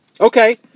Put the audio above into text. Okay